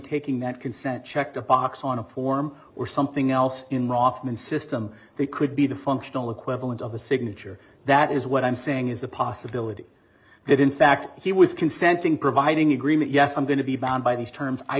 taking that consent checked a box on a form or something else in roffman system they could be the functional equivalent of a signature that is what i'm saying is the possibility that in fact he was consenting providing agreement yes i'm going to be bound by these terms i